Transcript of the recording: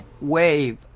wave